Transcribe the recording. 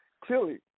Clearly